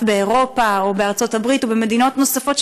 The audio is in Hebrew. באירופה או בארצות הברית ובמדינות נוספות,